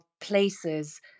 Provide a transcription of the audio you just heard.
places